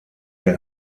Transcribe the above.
der